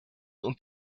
und